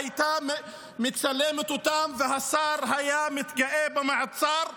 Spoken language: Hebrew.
והייתה מצלמת אותם והשר היה מתגאה במעצר.